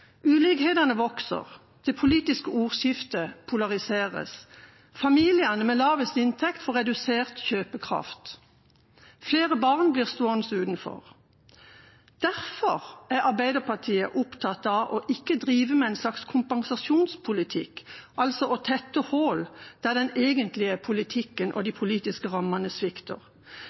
Ulikhetene vokser. Det politiske ordskiftet polariseres. Familiene med lavest inntekt får redusert kjøpekraft. Flere barn blir stående utenfor. Derfor er Arbeiderpartiet opptatt av å ikke drive med en slags kompensasjonspolitikk, altså å tette hull der den egentlige politikken og de politiske rammene svikter.